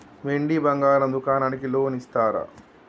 వెండి బంగారం దుకాణానికి లోన్ ఇస్తారా?